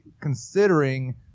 considering